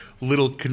little